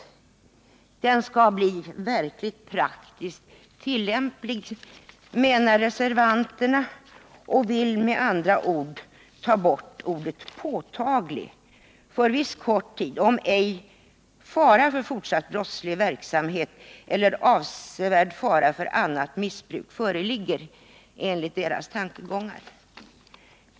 Lagen skall bli verkligt praktiskt tillämplig, menar reservanterna och vill med andra ord ta bort ordet ”påtaglig”. Det bör gälla ”för viss kort tid ———om ej fara för fortsatt brottslig verksamhet eller avsevärd fara för annat missbruk föreligger” enligt deras tankegångar.